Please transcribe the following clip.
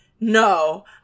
no